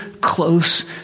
close